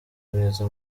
neza